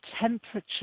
temperature